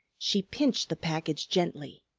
she pinched the package gently.